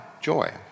joy